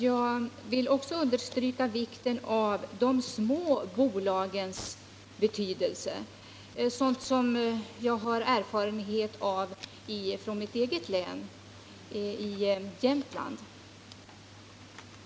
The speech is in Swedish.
Jag vill också understryka de små bolagens betydelse, som jag har erfarenhet av från mitt eget län — Jämtlands län.